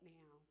now